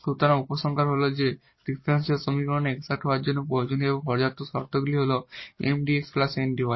সুতরাং উপসংহার হল যে ডিফারেনশিয়াল সমীকরণের এক্সাট হওয়ার জন্য প্রয়োজনীয় এবং পর্যাপ্ত শর্তগুলি হল 𝑀𝑑𝑥 𝑁𝑑𝑦